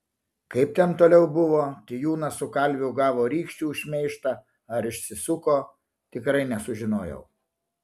kaip ten toliau buvo tijūnas su kalviu gavo rykščių už šmeižtą ar išsisuko tikrai nesužinojau